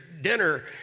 dinner